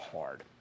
hard